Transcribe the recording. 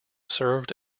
served